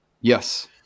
Yes